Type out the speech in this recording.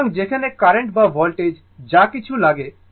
সুতরাং যেখানে কারেন্ট বা ভোল্টেজ যা কিছু লাগে